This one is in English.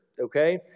Okay